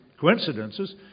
coincidences